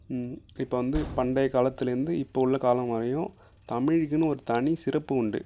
இப்போ வந்து பண்டைய காலத்துலேருந்து இப்போ உள்ள காலம் வரையும் தமிழுக்குன்னு ஒரு தனிச்சிறப்பு உண்டு